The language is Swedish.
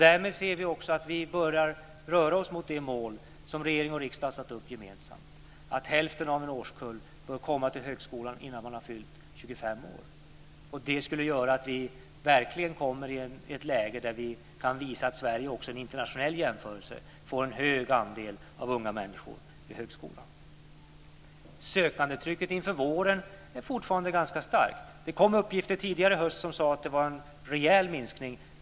Därmed ser vi också att vi börjar röra oss mot de mål som regering och riksdag har satt upp gemensamt, att hälften av en årskull bör komma till högskolan innan man har fyllt 25 år. Det skulle göra att vi verkligen kom i ett läge där vi kan visa att Sverige också vid en internationell jämförelse har en hög andel unga människor i högskolan. Sökandetrycket inför våren är fortfarande ganska starkt. Det kom uppgifter tidigare i höst som sade att det var en rejäl minskning.